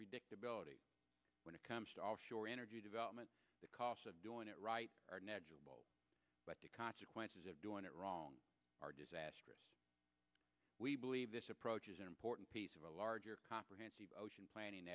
predictable when it comes to offshore energy development the costs of doing it right are natural but the consequences of doing it wrong are disastrous we believe this approach is an important piece of a larger comprehensive ocean planning